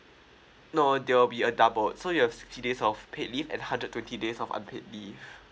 no uh they will be uh doubled so you have sixty days of paid leave at hundred twenty days of unpaid leave